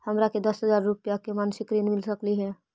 हमरा के दस हजार रुपया के मासिक ऋण मिल सकली हे?